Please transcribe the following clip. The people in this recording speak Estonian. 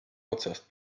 otsast